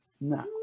no